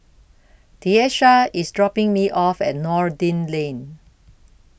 Tyesha IS dropping Me off At Noordin Lane